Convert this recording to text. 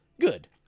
good